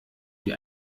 die